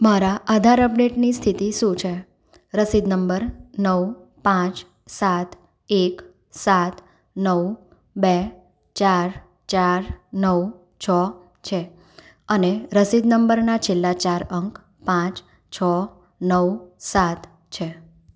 મારા આધાર અપડેટની સ્થિતિ શું છે રસીદ નંબર નવ પાંચ સાત એક સાત નવ બે ચાર ચાર નવ છ છે અને રસીદ નંબરનો છેલ્લા ચાર અંક પાંચ છ નવ સાત છે